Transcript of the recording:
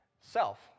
self